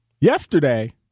yesterday